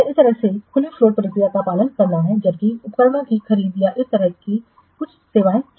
उन्हें इस तरह की खुलीफ्लोटप्रक्रिया का पालन करना है जबकि उपकरणों की खरीद या इस तरह से क्या सेवाएं